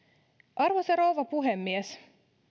arvoisa rouva puhemies